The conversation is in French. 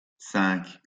cinq